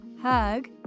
hug